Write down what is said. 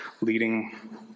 leading